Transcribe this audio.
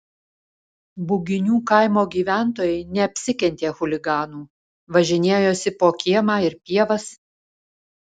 buginių kaimo gyventojai neapsikentė chuliganų važinėjosi po kiemą ir pievas